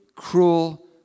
Cruel